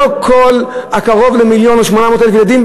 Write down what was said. לא כל קרוב למיליון או 800,000 ילדים,